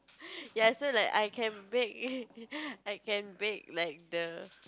ya so like I can bake I can bake like the